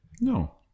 No